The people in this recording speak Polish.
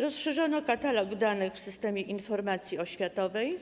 Rozszerzono katalog danych w systemie informacji oświatowej